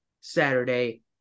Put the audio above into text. Saturday